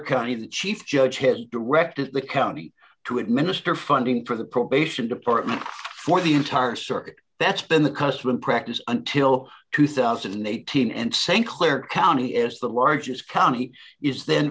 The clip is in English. county the chief judge has directed the county to administer funding for the probation department for the entire circuit that's been the custom in practice until two thousand and eighteen and saying clair county is the largest county is then